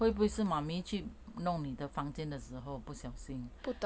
会不会是 mummy 去弄你的房间的时候不小心